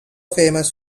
famous